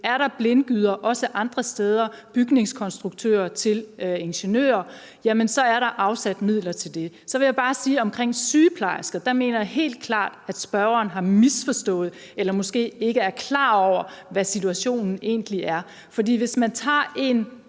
Er der blindgyder, også andre steder – f.eks. bygningskonstruktører til ingeniører – jamen så er der afsat midler til det. Så vil jeg bare sige omkring sygeplejersker: Der mener jeg helt klart at spørgeren har misforstået eller måske ikke er klar over, hvad situationen egentlig er. For hvis man optager en,